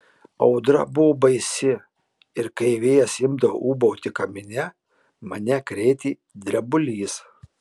audra buvo baisi ir kai vėjas imdavo ūbauti kamine mane krėtė drebulys